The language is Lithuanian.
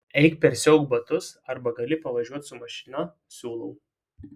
eik persiauk batus arba gali pavažiuoti su mašina siūlau